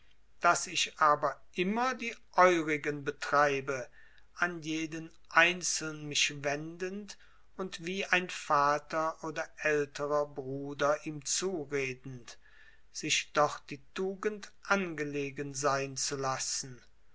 daß ich aber immer die eurigen betreibe an jeden einzeln mich wendend und wie ein vater oder älterer bruder ihm zuredend sich doch die tugend angelegen sein zu lassen